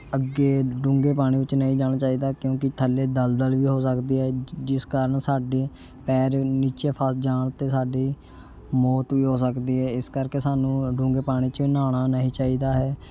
ਅੱਗੇ ਡੂੰਗੇ ਪਾਣੀ ਵਿੱਚ ਨਹੀਂ ਜਾਣਾ ਚਾਹੀਦਾ ਕਿਉਂਕਿ ਥੱਲੇ ਦਲਦਲ ਵੀ ਹੋ ਸਕਦੀ ਹੈ ਜਿਸ ਕਾਰਨ ਸਾਡੇ ਪੈਰ ਨੀਚੇ ਫਸ ਜਾਣ 'ਤੇ ਸਾਡੀ ਮੌਤ ਵੀ ਹੋ ਸਕਦੀ ਹੈ ਇਸ ਕਰਕੇ ਸਾਨੂੰ ਡੂੰਗੇ ਪਾਣੀ 'ਚ ਨਹਾਉਣਾ ਨਹੀਂ ਚਾਹੀਦਾ ਹੈ